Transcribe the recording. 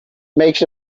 makes